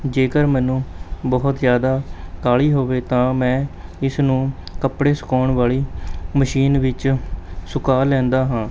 ਜੇਕਰ ਮੈਨੂੰ ਬਹੁਤ ਜ਼ਿਆਦਾ ਕਾਹਲੀ ਹੋਵੇ ਤਾਂ ਮੈਂ ਇਸਨੂੰ ਕੱਪੜੇ ਸੁਕਾਉਣ ਵਾਲੀ ਮਸ਼ੀਨ ਵਿੱਚ ਸੁਕਾ ਲੈਂਦਾ ਹਾਂ